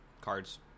Cards